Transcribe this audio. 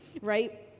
right